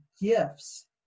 gifts